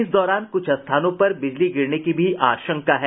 इस दौरान कुछ स्थानों पर बिजली गिरने की भी आशंका है